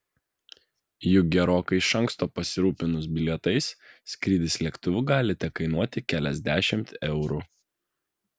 juk gerokai iš anksto pasirūpinus bilietais skrydis lėktuvu gali tekainuoti keliasdešimt eurų